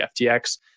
FTX